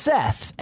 Seth